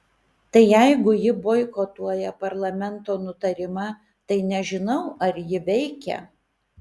tai jeigu ji boikotuoja parlamento nutarimą tai nežinau ar ji veikia